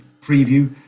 preview